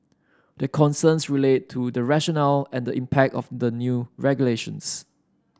their concerns relate to the rationale and the impact of the new regulations